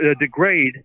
degrade